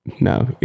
No